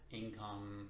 income